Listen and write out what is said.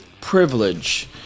privilege